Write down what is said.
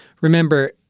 Remember